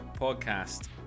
Podcast